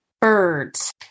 Birds